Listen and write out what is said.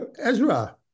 Ezra